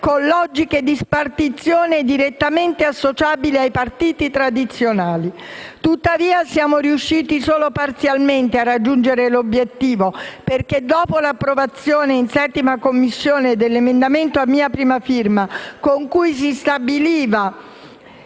con logiche di spartizione direttamente associabili ai partiti tradizionali. Tuttavia, siamo riusciti solo parzialmente a raggiungere l'obiettivo, perché dopo l'approvazione in 7a Commissione di un emendamento a mia prima firma, con cui si stabiliva,